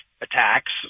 attacks